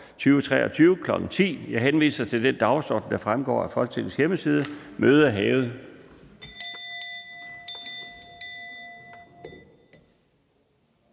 2023, kl. 10.00. Jeg henviser til den dagsorden, der fremgår af Folketingets hjemmeside. Mødet er hævet.